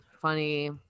funny